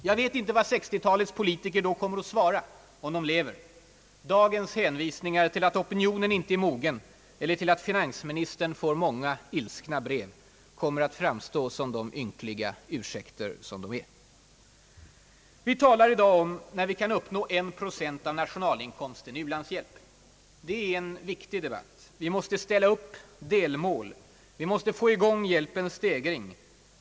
Jag vet inte vad 1960 talets politiker då kommer att svara om de lever — dagens hänvisningar till att opinionen inte är mogen eller att finansministern får många ilskna brev kommer att framstå som de ynkliga ursäkter de är. Vi talar i dag om när vi kan uppnå 1 procent av nationalinkomsten i ulandshjälp. Det är en viktig debatt, vi måste ställa upp delmål, vi måste få i gång hjälpens stegring.